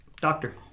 Doctor